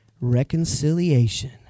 Reconciliation